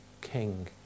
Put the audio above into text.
king